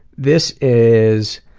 this is